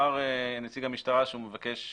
נציג המשטרה שהוא מבקש